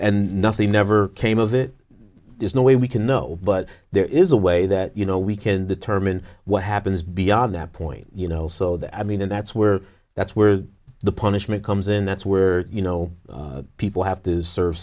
and nothing never came of it there's no way we can know but there is a way that you know we can determine what happens beyond that point you know so that i mean that's where that's where the punishment comes in that's where you know people have to serve